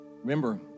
Remember